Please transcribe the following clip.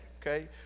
okay